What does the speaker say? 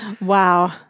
Wow